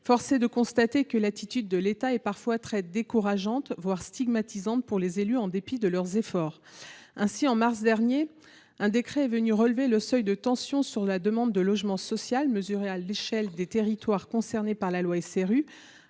force est de constater que l’attitude de l’État est parfois très décourageante, voire stigmatisante pour les élus, malgré leurs efforts. Ainsi, au mois de mars dernier, un décret est venu relever le seuil de tension sur la demande de logements sociaux mesurée à l’échelle des territoires concernés par la loi SRU,